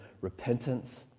Repentance